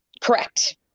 Correct